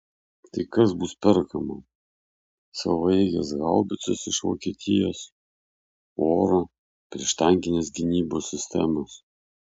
tai kas bus perkama savaeigės haubicos iš vokietijos oro prieštankinės gynybos sistemos